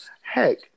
Heck